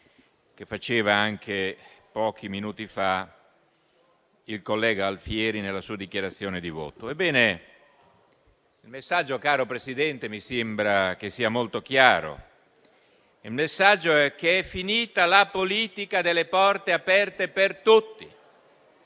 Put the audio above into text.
che faceva anche pochi minuti fa il collega Alfieri nella sua dichiarazione di voto. Ebbene, il messaggio, caro Presidente, mi sembra che sia molto chiaro: è finita la politica delle porte aperte per tutti.